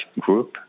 Group